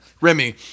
Remy